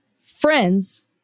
friend's